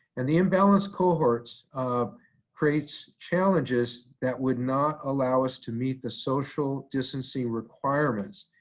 and the imbalanced cohorts um creates challenges that would not allow us to meet the social distancing requirements.